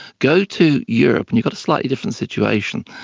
go to europe and you've got a slightly different situation.